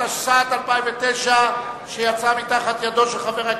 התשס"ט 2009. מי